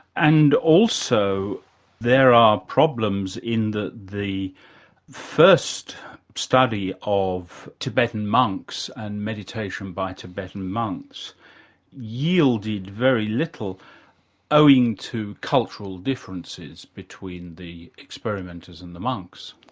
and also there are problems in that the first study of tibetan monks and meditation by tibetan monks yielded very little owing to cultural differences between the experimenters and the monks.